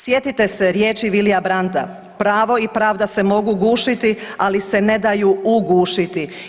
Sjetite se riječi Vilija Branda: „Pravo i pravda se mogu gušiti, ali se ne daju ugušiti.